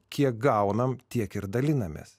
kiek gauname tiek ir dalinamės